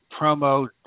promo